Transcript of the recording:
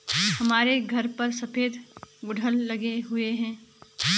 हमारे घर पर सफेद गुड़हल लगे हुए हैं